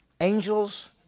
Angels